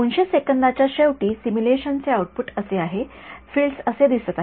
२०० सेकंदाच्या शेवटी सिम्युलेशनचे हे आऊटपुट असे आहे फील्ड्स असे दिसत आहेत